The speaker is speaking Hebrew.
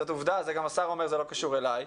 זאת עובדה, זה גם השר אומר, זה לא קשור אליי.